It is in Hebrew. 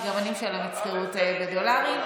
כי גם אני משלמת שכירות בדולרים.